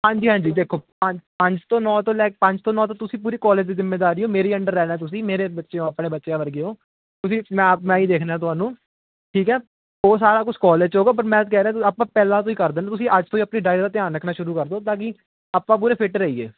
ਹਾਂਜੀ ਹਾਂਜੀ ਦੇਖੋ ਪੰਜ ਤੋਂ ਨੌਂ ਤੋਂ ਲੈ ਪੰਜ ਤੋਂ ਨੌਂ ਤੋਂ ਤੁਸੀਂ ਪੂਰੀ ਕਾਲਜ ਜ਼ਿੰਮੇਵਾਰੀ ਹੋ ਮੇਰੀ ਅੰਡਰ ਰਹਿਣਾ ਤੁਸੀਂ ਮੇਰੇ ਬੱਚੇ ਆਪਣੇ ਬੱਚਿਆਂ ਵਰਗੇ ਹੋ ਤੁਸੀਂ ਮੈਂ ਹੀ ਦੇਖਣਾ ਤੁਹਾਨੂੰ ਠੀਕ ਹੈ ਉਹ ਸਾਰਾ ਕੁਝ ਕਾਲਜ 'ਚ ਹੋਵੇਗਾ ਪਰ ਮੈਂ ਕਹਿ ਰਿਹਾ ਆਪਾਂ ਪਹਿਲਾਂ ਤੋਂ ਹੀ ਕਰ ਦੇ ਤੁਸੀਂ ਅੱਜ ਤੋਂ ਆਪਣੀ ਡਾਇਟ ਦਾ ਧਿਆਨ ਰੱਖਣਾ ਸ਼ੁਰੂ ਕਰ ਦਿਓ ਤਾਂ ਕਿ ਆਪਾਂ ਪੂਰੇ ਫਿਟ ਰਹੀਏ